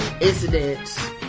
incidents